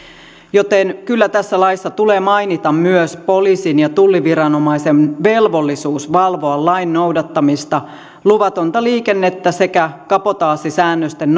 joten kyllä tässä laissa tulee mainita myös poliisin ja tulliviranomaisen velvollisuus valvoa lain noudattamista luvatonta liikennettä sekä kabotaasisäännösten